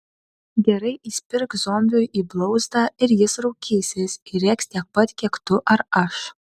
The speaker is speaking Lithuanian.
gerai įspirk zombiui į blauzdą ir jis raukysis ir rėks tiek pat kiek tu ar aš